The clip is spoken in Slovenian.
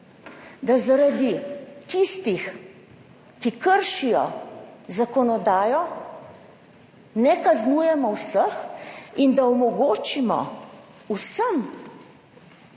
da zaradi tistih, ki kršijo zakonodajo, ne kaznujemo vseh in da omogočimo vsem,